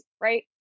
right